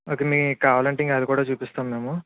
okay మీకు మీకు కావాలంటే అది కూడా చూపిస్తాము మేము